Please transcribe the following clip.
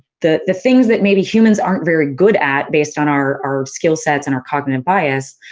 the the things that maybe humans aren't very good at, based on our our skill sets and our cognitive bias,